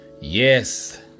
Yes